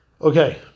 okay